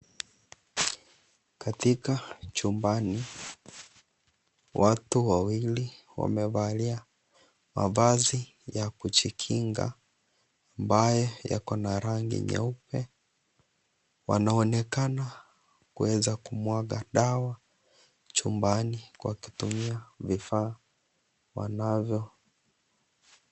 Katika chumbani watu wawili wamevalia mavazi ya kujikinga ambayo yako na rangi nyeupe wanaonekana kuweza kumwaga dawa chumbani wakitumia vifaa walivyonavyo.